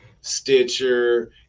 Stitcher